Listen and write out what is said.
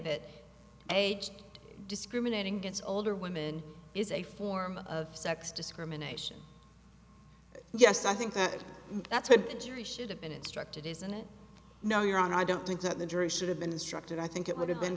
that age discriminating against older women is a form of sex discrimination yes i think that that's what the jury should have been instructed isn't it no your honor i don't think that the jury should have been instructed i think it would have been